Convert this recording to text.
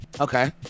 Okay